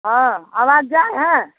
हँ अवाज जाइ हइ